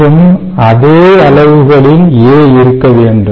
மற்றும் அதே அளவுகளில் A இருக்க வேண்டும்